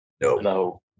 no